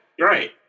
right